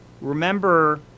Remember